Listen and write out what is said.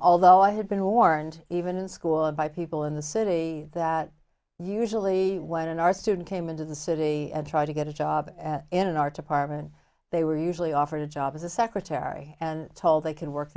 although i had been warned even in school and by people in the city that usually one in our student came into the city try to get a job in an art department they were usually offered a job as a secretary and told they can work